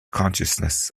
consciousness